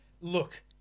Look